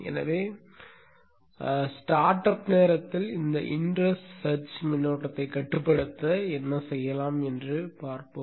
எனவே ஸ்டார்ட்அப் நேரத்தில் இந்த இன்ரஷ் சர்ஜ் மின்னோட்டத்தை கட்டுப்படுத்த என்ன செய்யலாம் என்று பார்ப்போம்